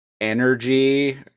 energy